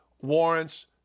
warrants